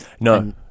No